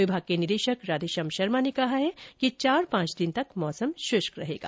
विभाग के निदेशक राधेश्याम शर्मा ने कहा है कि चार पांच दिन तक मौसम शुष्क रहेगा